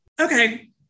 Okay